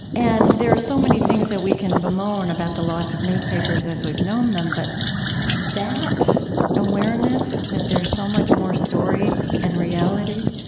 and there's so many things that we can bemoan about the loss of newspapers as we've known them, but that awareness that there's so much more story and reality